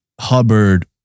Hubbard